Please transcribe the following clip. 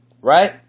Right